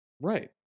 Right